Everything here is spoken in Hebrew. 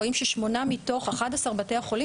רואים שהתקציב של 8 מתוך 11 בתי החולים